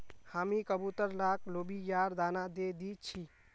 हामी कबूतर लाक लोबियार दाना दे दी छि